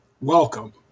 welcome